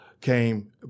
came